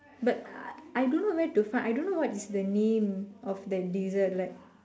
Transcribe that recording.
but I I don't know where to find I don't know what is the name of that dessert like